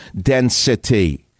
density